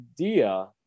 idea